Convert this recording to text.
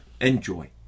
Enjoy